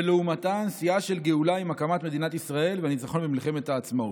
ולעומתן שיאה של גאולה עם הקמת מדינת והניצחון במלחמת העצמאות.